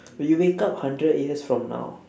when you wake up hundred years from now